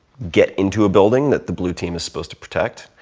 get into a building that the blue team is supposed to protect,